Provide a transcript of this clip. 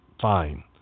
fine